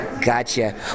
Gotcha